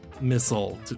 missile